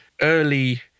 early